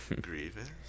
Grievous